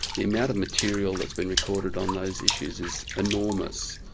the amount of material that's been recorded on those issues is enormous.